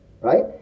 right